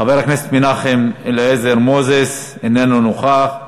חבר הכנסת מנחם אליעזר מוזס, איננו נוכח,